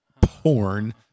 porn